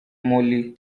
morley